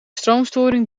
stroomstoring